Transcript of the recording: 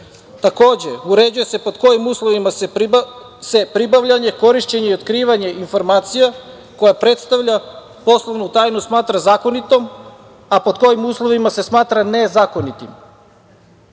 tajna. Takođe, uređuje se pod kojim uslovima se pribavljanje, korišćenje i otkrivanje informacije koja predstavlja poslovnu tajnu smatra zakonitom, a pod kojim uslovima se smatra nezakonitim. Odredbe